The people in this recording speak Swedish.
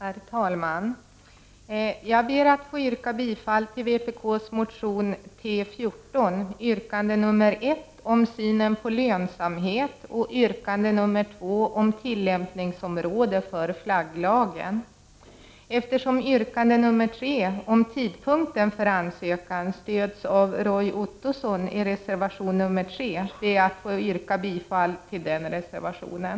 Herr talman! Jag ber att få yrka bifall till vpk:s motion T14 yrkande 1 om synen på lönsamhet och yrkande 2 om tillämpningsområde för flagglagen. Eftersom yrkande 3 om tidpunkten för ansökan stöds av Roy Ottosson i reservation 3, ber jag att få yrka bifall till den reservationen.